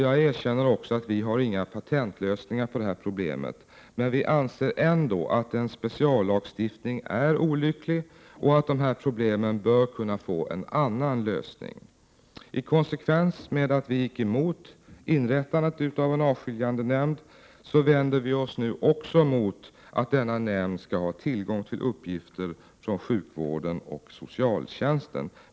Jag erkänner att vi inte har några patentlösningar på det här problemet. Men vi anser att en speciallagstiftning ändå är olycklig och att de här problemen bör kunna få en annan lösning. I konsekvens med att vi gick mot inrättandet av en avskiljandenämnd vänder vi oss nu också mot att denna nämnd skall ha tillgång till uppgifter från sjukvården och socialtjänsten.